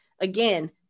again